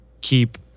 keep